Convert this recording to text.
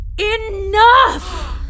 Enough